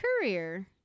career